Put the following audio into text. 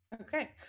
Okay